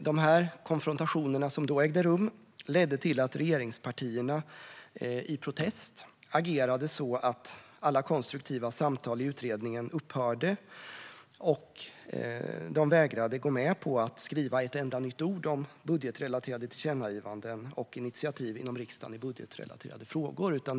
De konfrontationer som då ägde rum ledde till att regeringspartierna i protest agerade så att alla konstruktiva samtal i utredningen upphörde, och de vägrade gå med på att skriva ett enda nytt ord om budgetrelaterade tillkännagivanden och initiativ inom riksdagen i budgetrelaterade frågor.